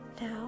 Now